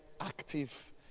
active